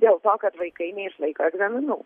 dėl to kad vaikai neišlaiko egzaminų